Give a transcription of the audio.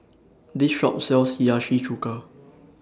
This Shop sells Hiyashi Chuka